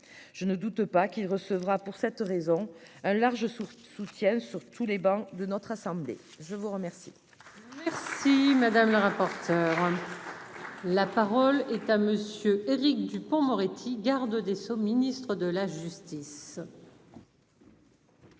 je ne doute pas qu'il recevra pour cette raison un large sourire soutiennent sur tous les bancs de notre assemblée. Je vous remercie,